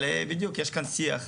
אבל יש כאן שיח,